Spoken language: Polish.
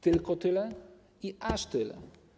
Tylko tyle i aż tyle.